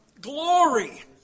glory